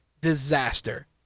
disaster